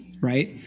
right